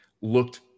looked